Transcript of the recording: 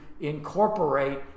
incorporate